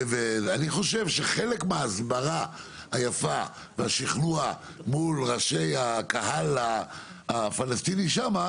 אני חושב שחלק מההסברה היפה בשכנוע מול ראשי הקהל הפלסטיני שם,